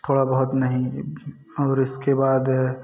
थोड़ा बहुत नहीं और इसके बाद